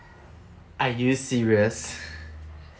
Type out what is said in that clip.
are you serious